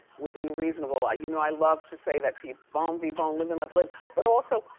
within reasonable. i you know i love to say that to you, bon vivant, live and let live. but also,